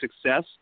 success